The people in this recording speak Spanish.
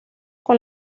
con